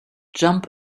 jump